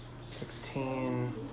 sixteen